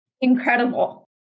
Incredible